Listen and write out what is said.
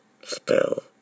Spell